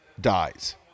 dies